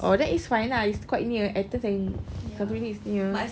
oh then it's fine lah it's quite near athens and santorini is near